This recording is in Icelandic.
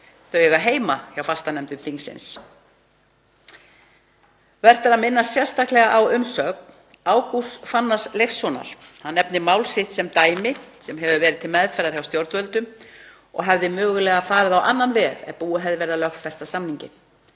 þau eiga heima hjá fastanefndum þingsins. Vert er að minnast sérstaklega á umsögn Ágústs Fannars Leifssonar. Hann nefnir mál sitt sem dæmi, sem hefur verið til meðferðar hjá stjórnvöldum og hefði mögulega farið á annan veg ef búið hefði verið að lögfesta samninginn.